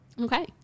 Okay